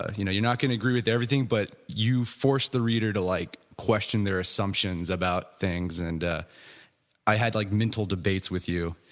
ah you know you're not going to agree with everything, but you forced the reader to like, question their assumptions about things and i had like mental debates with you,